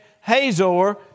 Hazor